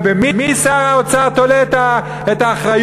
ובמי שר האוצר תולה את האחריות?